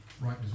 Right